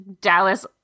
Dallas